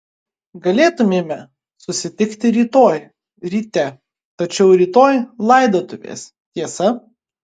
galėtumėme susitikti rytoj ryte tačiau rytoj laidotuvės tiesa